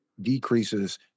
decreases